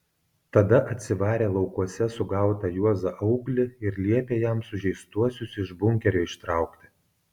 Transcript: tada atsivarė laukuose sugautą juozą auglį ir liepė jam sužeistuosius iš bunkerio ištraukti